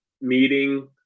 meeting